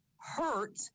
hurt